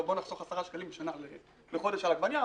אבל בואו נחסוך 10 שקלים לחודש על העגבנייה,